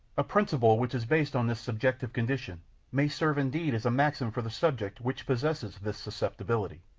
a principle which is based on this subjective condition may serve indeed as a maxim for the subject which possesses this susceptibility,